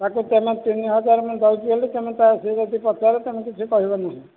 ତାକୁ ତୁମେ ତିନି ହଜାର ମୁଁ ଦେଉଛି ବୋଲି ତୁମେ ତା'ହେଲେ ସିଏ ଯଦି ପଚାରେ ତୁମେ କିଛି କହିବନି